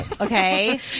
Okay